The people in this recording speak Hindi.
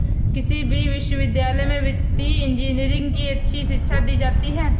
किसी भी विश्वविद्यालय में वित्तीय इन्जीनियरिंग की अच्छी शिक्षा दी जाती है